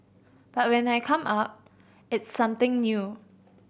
but when I come up it's something new